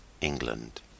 England